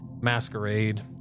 masquerade